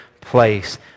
place